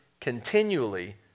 continually